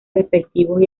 respectivos